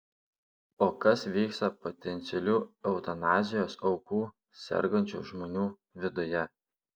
o kas vyksta potencialių eutanazijos aukų sergančių žmonių viduje